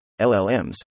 LLMs